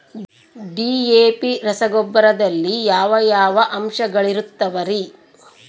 DAP ರಸಗೊಬ್ಬರದಲ್ಲಿ ಯಾವ ಯಾವ ಅಂಶಗಳಿರುತ್ತವರಿ?